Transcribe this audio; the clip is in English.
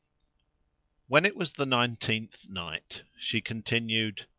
when it was the nineteenth night, she continued,